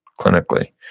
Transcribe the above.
clinically